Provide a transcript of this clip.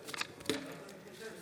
ב-63 קולות.